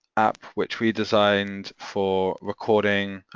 app, which we designed for recording,